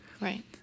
Right